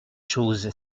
chose